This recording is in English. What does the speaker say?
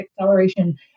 acceleration